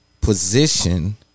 position